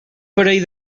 parell